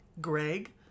greg